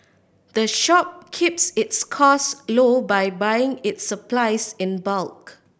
the shop keeps its costs low by buying its supplies in bulk